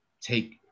take